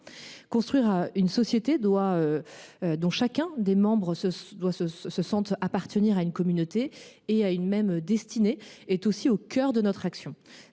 Construire une société dont chacun des membres se sent appartenir à une communauté et à une même destinée est également au cœur de notre action.